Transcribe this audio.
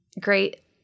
great